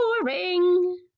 boring